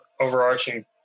overarching